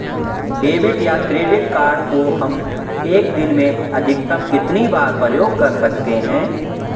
Debit या credit card को हम एक दिन में अधिकतम कितनी बार प्रयोग कर सकते हैं?